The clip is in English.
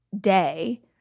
day